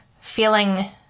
feeling